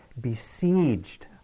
besieged